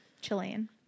Chilean